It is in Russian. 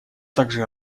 также